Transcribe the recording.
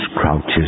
crouches